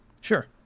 Sure